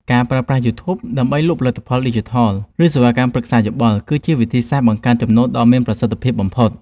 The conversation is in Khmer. ការប្រើប្រាស់ យូធូប ដើម្បីលក់ផលិតផលឌីជីថល ឬសេវាកម្មប្រឹក្សាយោបល់ គឺជាវិធីសាស្ត្របង្កើនចំណូលដ៏មានប្រសិទ្ធភាពបំផុត។